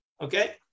okay